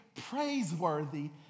praiseworthy